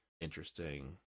interesting